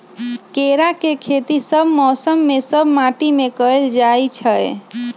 केराके खेती सभ मौसम में सभ माटि में कएल जाइ छै